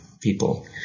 people